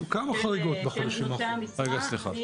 הרתיעה של נושאי המשרה,